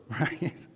right